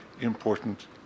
important